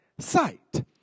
sight